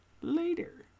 later